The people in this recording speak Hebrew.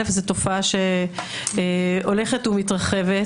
היא תופעה שהולכת ומתרחבת